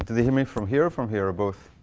they hear me from here, or from here, or both?